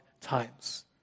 times